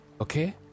Okay